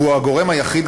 והוא הגורם היחיד,